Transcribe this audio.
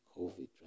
COVID